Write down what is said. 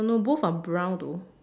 no both are brown though